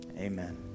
amen